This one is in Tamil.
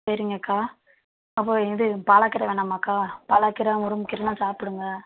சரிங்கக்கா அப்போது இது பாலாக் கீர வேணாமாங்க்கா பாலாக்கீரை முருங்கை கீரைலாம் சாப்பிடுங்க